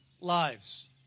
lives